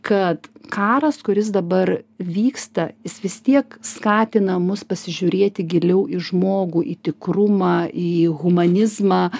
kad karas kuris dabar vyksta jis vis tiek skatina mus pasižiūrėti giliau į žmogų į tikrumą į humanizmą